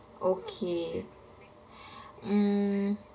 okay mm